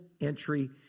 entry